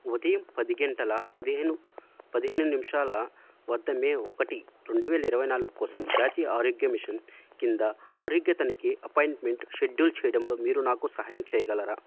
ఉదయం పది గంటల పదిహేను పదిహేను నిమిషాల వద్ద మే ఒకటి రెండు వేల ఇరవై నాలుగు కోసం జాతీయ ఆరోగ్య మిషన్ క్రింద ఆరోగ్య తనిఖీ అపాయింట్మెంట్ షెడ్యూల్ చెయ్యడంలో మీరు నాకు సహాయం చెయ్యగలరా